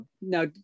Now